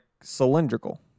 cylindrical